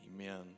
Amen